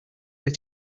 your